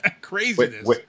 craziness